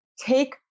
take